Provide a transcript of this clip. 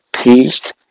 Peace